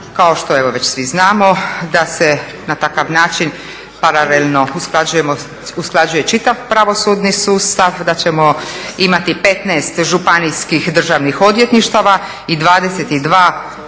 kao što evo već svi znamo da se na takav način paralelno usklađuje čitav pravosudni sustav, da ćemo imati 15 županijskih državnih odvjetništava i 22